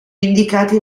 indicati